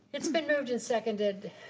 it's been moved and seconded.